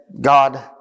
God